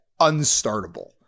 unstartable